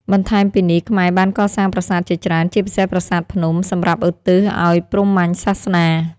បន្ថែមពីនេះ ខ្មែរបានកសាងប្រាសាទជាច្រើន ជាពិសេសប្រាសាទភ្នំ សម្រាប់ឧទ្ទិសឱ្យព្រហ្មញ្ញសាសនា។